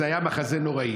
זה היה מחזה נוראי.